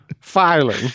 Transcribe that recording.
filing